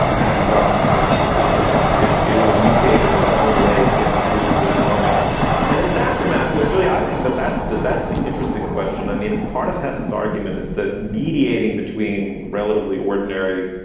and um and it's it's it it will mutate in its own way to include this moment and its aftermath. so, julie, i think that that's that that's the interesting question. i mean, part of hess's argument is that mediating between relatively ordinary,